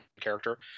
character